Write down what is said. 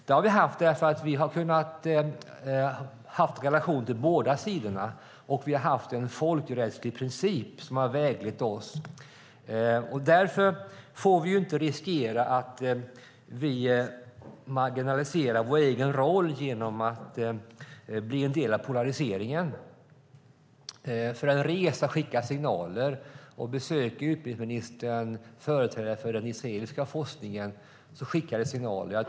Det har Sverige klarat därför att vi har haft en relation till båda sidorna, och en folkrättslig princip har väglett oss. Därför får vi inte riskera att vi marginaliserar vår egen roll genom att bli en del av polariseringen. En resa skickar signaler. Om utbildningsministern besöker företrädare för den israeliska forskningen skickas signaler.